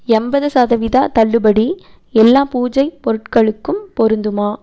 எண்பது சதவிகித தள்ளுபடி எல்லா பூஜை பொருட்களுக்கும் பொருந்துமா